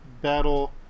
battle